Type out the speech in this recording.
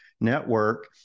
network